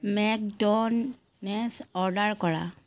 McDonald's order কৰা